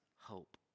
hope